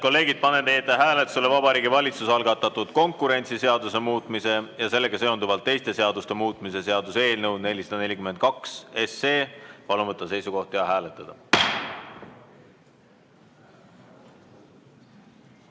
kolleegid, panen teie ette hääletusele Vabariigi Valitsuse algatatud konkurentsiseaduse muutmise ja sellega seonduvalt teiste seaduste muutmise seaduse eelnõu 442. Palun võtta seisukoht ja hääletada!